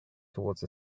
towards